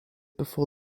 before